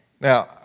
Now